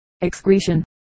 excretion